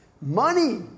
Money